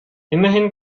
immerhin